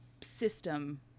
system